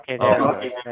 okay